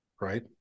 Right